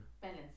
Balance